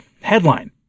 Headline